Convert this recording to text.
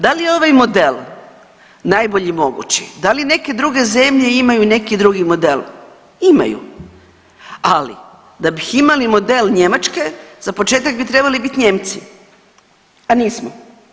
Dal je ovaj model najbolji mogući, da li neke druge zemlje imaju i neki drugi model, imaju, ali da bi imali model Njemačke za početak bi trebali bit Nijemci, a nismo.